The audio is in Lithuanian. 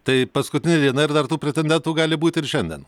tai paskutinė diena ir dar tų pretendentų gali būti ir šiandien